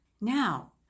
Now